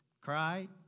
cried